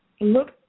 look